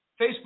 Facebook